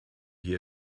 hier